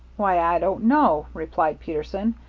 why, i don't know, replied peterson.